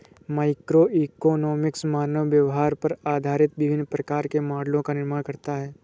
microeconomics मानव व्यवहार पर आधारित विभिन्न प्रकार के मॉडलों का निर्माण करता है